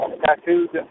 tattooed